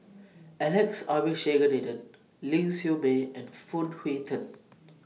Alex Abisheganaden Ling Siew May and Phoon Yew Tien